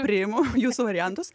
priimu jūsų variantus